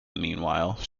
meanwhile